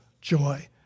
joy